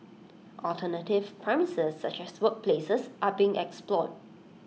alternative premises such as workplaces are being explored